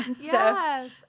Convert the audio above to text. Yes